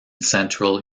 central